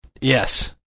Yes